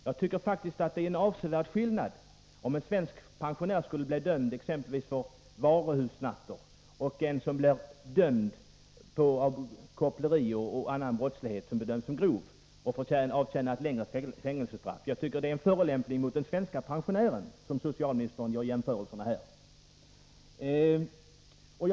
Det är faktiskt en avsevärd skillnad mellan en svensk pensionär som blir dömd för exempelvis varuhussnatteri och en person som på grund av koppleri och annan brottslighet som bedöms som grov får avtjäna ett längre fängelsestraff. Så som socialministern här gör jämförelsen är det en förolämpning mot den svenska pensionären.